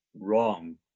Wrong